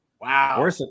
Wow